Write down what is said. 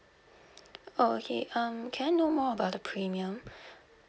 oh okay um can I know more about the premium